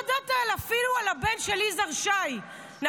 אפילו על הבן של יזהר שי לא ידעת,